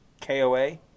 koa